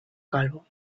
calvo